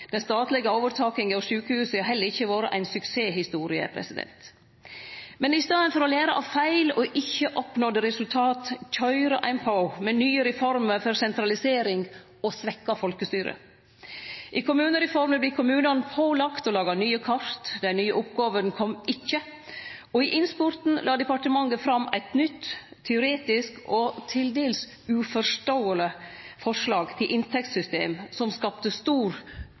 Den statlege overtakinga av sjukehusa har heller ikkje vore ei suksesshistorie. Men i staden for å lære av feil og ikkje oppnådde resultat køyrer ein på med nye reformer for sentralisering og svekt folkestyre. I kommunereforma vert kommunane pålagde å lage nye kart – dei nye oppgåvene kom ikkje. Og i innspurten la departementet fram eit nytt, teoretisk og til dels uforståeleg forslag til inntektssystem, som skapte stor